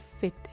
fit